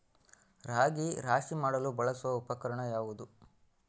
ರಾಗಿ ರಾಶಿ ಮಾಡಲು ಬಳಸುವ ಉಪಕರಣ ಯಾವುದು?